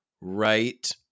right